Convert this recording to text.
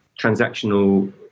transactional